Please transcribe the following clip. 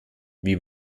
wie